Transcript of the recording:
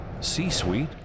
C-Suite